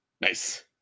Nice